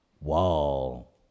Wall